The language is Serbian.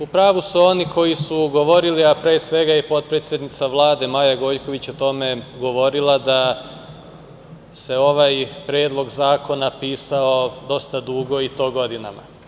Upravu su oni koji su govorili, a pre svega je i potpredsednica Vlade Maja Gojković o tome govorila, da se ovaj Predlog zakona pisao dosta dugo i to godinama.